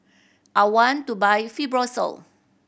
I want to buy Fibrosol